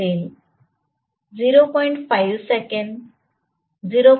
5 second 0